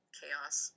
chaos